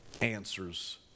answers